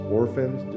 orphans